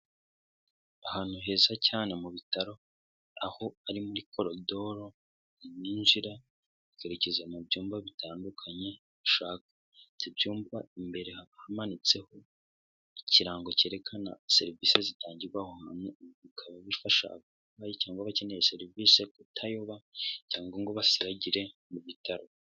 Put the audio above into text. Ahantu heza cyane mu bitaro, aho ari muri koridoro, urinjira ukerekeza mu byumba bitandukanye ushaka, ibyo byumba imbere haba hamanitseho ikirango cyerekana serivisi zitangirwamo, bikaba bifasha cyangwa bakeneye serivisi kutayoba cyangwa ngo basiragire mu bitaro.